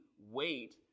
Wait